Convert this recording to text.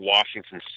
Washington